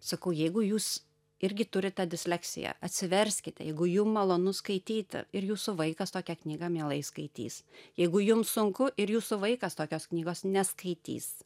sakau jeigu jūs irgi turit tą disleksiją atsiverskite jeigu jum malonu skaityti ir jūsų vaikas tokią knygą mielai skaitys jeigu jum sunku ir jūsų vaikas tokios knygos neskaitys